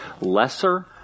lesser